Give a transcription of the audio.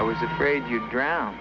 i was afraid you drown